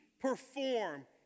perform